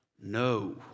no